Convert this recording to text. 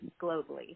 globally